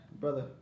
brother